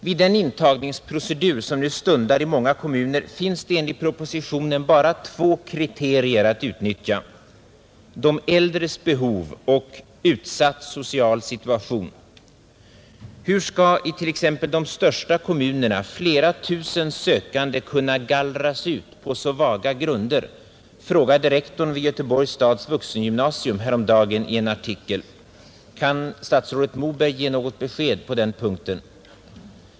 Vid den intagningsprocedur som nu stundar i många kommuner finns det enligt propositionen bara två kriterier att utnyttja — de äldres behov och utsatt social situation. Hur skall t.ex. i de största kommunerna flera tusen sökande kunna gallras ut på så vaga grunder? frågade rektorn vid Göteborgs stads vuxengymnasium häromdagen i en artikel. Kan statsrådet Moberg ge något besked på den punkten?